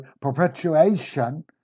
perpetuation